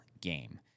game